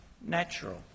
natural